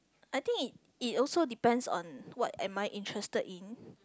I think it it also depends on what am I interested in